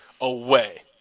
away